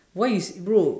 why is bro